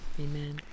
Amen